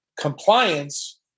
compliance